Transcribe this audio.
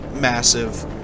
massive